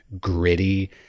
gritty